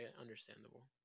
understandable